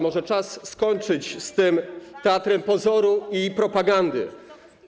Może czas skończyć z tym teatrem pozoru i propagandy?